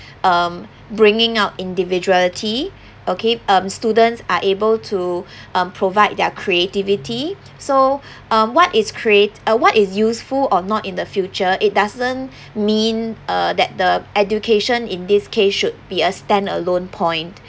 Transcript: um bringing out individuality okay um students are able to um provide their creativity so um what is create~ uh what is useful or not in the future it doesn't mean uh that the education in this case should be a stand alone point